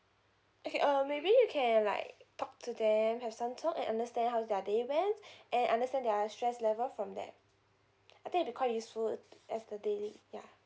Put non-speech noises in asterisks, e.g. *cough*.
okay uh maybe you can like talk to them have some sort of understand how's their day went *breath* and understand their stress level from that I think it'll be quite useful as the daily yeah